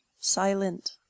Silent